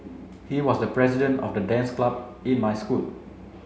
he was the president of the dance club in my school